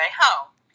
home